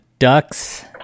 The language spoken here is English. ducks